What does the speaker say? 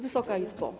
Wysoka Izbo!